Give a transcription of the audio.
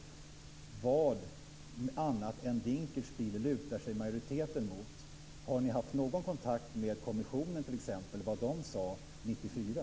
Vad, annat än Dinkelspiel, lutar sig majoriteten mot? Har ni haft någon kontakt med t.ex. kommissionen för att höra vad de sade 1994?